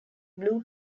blue